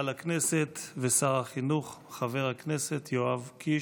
לכנסת ושר החינוך חבר הכנסת יואב קיש.